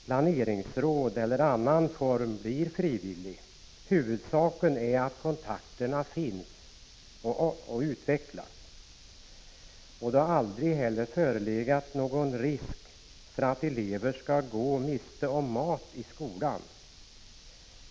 Planeringsråd eller annan form blir frivillig — huvudsaken är att kontakterna finns och utvecklas. Det har aldrig heller förelegat någon risk för att elever skulle gå miste om mat i skolan.